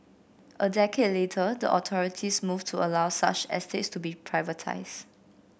a decade later the authorities moved to allow such estates to be privatised